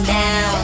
now